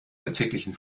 alltäglichen